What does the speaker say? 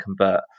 convert